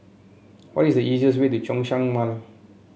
what is the easiest way to Zhongshan Mall